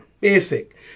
Basic